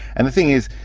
and the thing is,